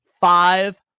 five